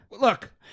Look